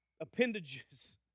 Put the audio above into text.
appendages